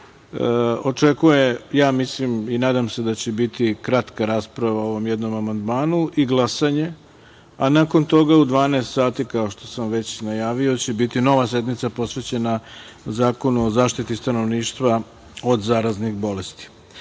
sati. Očekujem i nadam se da će biti kratka rasprava o ovom jednom amandmanu i glasanje, a nakon toga u 12 sati, kao što sam već najavio, biće nova sednica posvećena zakonu o zaštiti stanovništva od zaraznih bolesti. Na